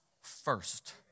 first